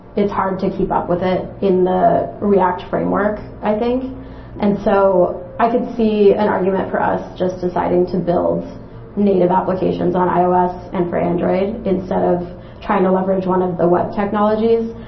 it's hard to keep up with it in the react framework, i think and so i could see an argument for us just deciding to build native applications on ios and for android, instead of trying to leverage one of the web technologies,